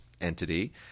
entity